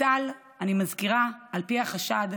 אני מזכירה: ליטל, על פי החשד,